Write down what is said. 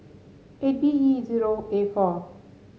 eight B E zero A four